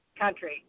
country